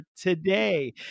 today